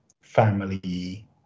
family